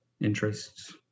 interests